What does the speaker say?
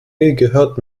gehört